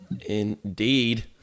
Indeed